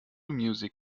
music